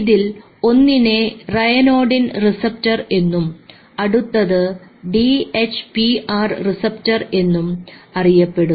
ഇതിൽ ഒന്നിനെ ryanodine receptor എന്നും അടുത്തത് ഡി എച്ച്പിആർ റിസപ്റ്റർ എന്നും അറിയപ്പെടുന്നു